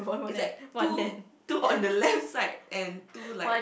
it's like two two on the left side and two like